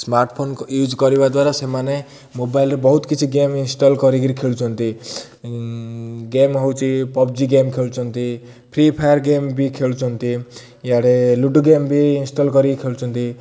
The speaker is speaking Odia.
ସ୍ମାର୍ଟଫୋନ୍ ୟୁଜ୍ କରିବା ଦ୍ୱାରା ସେମାନେ ମୋବାଇଲ୍ରେ ବହୁତ କିଛି ଗେମ୍ ଇନଷ୍ଟଲ୍ କରିକିରି ଖେଳୁଛନ୍ତି ଗେମ୍ ହେଉଛି ପବ୍ଜି ଗେମ୍ ଖେଳୁଛନ୍ତି ଫ୍ରି ଫାୟାର୍ ଗେମ୍ବି ଖେଳୁଛନ୍ତି ଇଆଡ଼େ ଲୁଡ଼ୋ ଗେମ୍ ବି ଇନଷ୍ଟଲ୍ କରିକି ଖେଳୁଛନ୍ତି